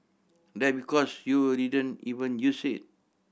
that because you will didn't even use it